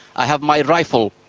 i have my rifle,